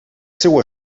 seu